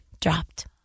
dropped